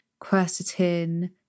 quercetin